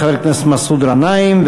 חבר הכנסת מסעוד גנאים,